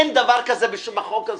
אין דבר כזה בחוק הזה.